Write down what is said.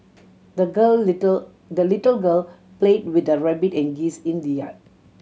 the girl little the little girl play with her rabbit and geese in the yard